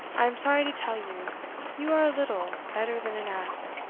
i am sorry to tell you you are little better than an ass